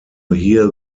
hear